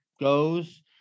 goes